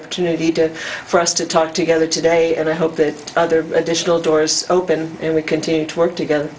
opportunity to for us to talk together today and i hope that other additional doors open and we continue to work together